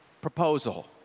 Proposal